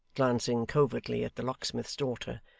glancing covertly at the locksmith's daughter.